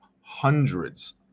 hundreds